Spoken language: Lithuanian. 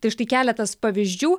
tai štai keletas pavyzdžių